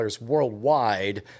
worldwide